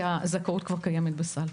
כי הזכאות כבר קיימת בסל.